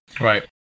Right